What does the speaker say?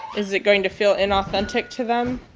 is it going to feel inauthentic to them?